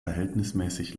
verhältnismäßig